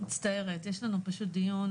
זה דיון